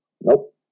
Nope